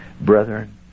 Brethren